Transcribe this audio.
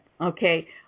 okay